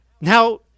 Now